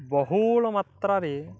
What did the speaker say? ବହୁଳ ମାତ୍ରାରେ